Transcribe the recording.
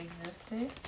existed